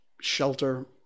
shelter